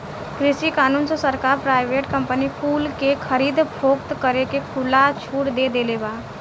कृषि कानून से सरकार प्राइवेट कंपनी कुल के खरीद फोक्त करे के खुला छुट दे देले बा